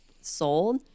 sold